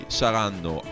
saranno